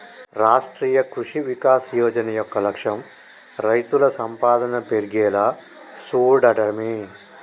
రాష్ట్రీయ కృషి వికాస్ యోజన యొక్క లక్ష్యం రైతుల సంపాదన పెర్గేలా సూడటమే